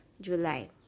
July